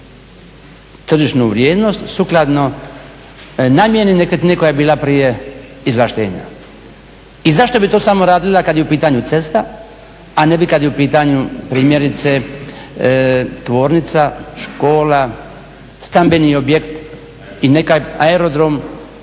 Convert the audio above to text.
tržišnu vrijednost sukladno namjeni nekretnine koja je bila prije izvlaštenja? I zašto bi to samo radila kada je u pitanju cesta, a ne bi kada je u pitanju primjerice tvornica, škola, stambeni objekt, aerodrom